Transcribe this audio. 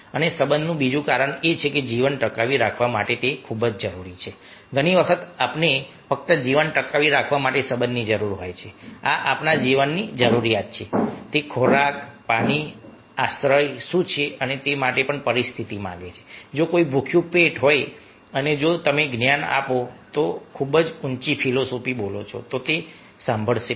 અને સંબંધનું બીજું કારણ એ છે કે જીવન ટકાવી રાખવા માટે જરૂરી છે ઘણી વખત આપણને ફક્ત જીવન ટકાવી રાખવા માટે સંબંધની જરૂર હોય છે આ આપણા જીવનની જરૂરિયાત છે કે તે ખોરાક પાણી અને આશ્રય શું છે અને તે માટે પણ પરિસ્થિતિ માંગે છે જો કોઈ ભૂખ્યું પેટ હોય અને જો તમે જ્ઞાન આપો છો અથવા ખૂબ ઊંચી ફિલોસોફી બોલો છો તો તે સાંભળશે નહીં